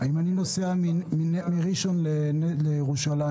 אם אני נוסע מראשון לציון לירושלים